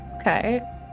Okay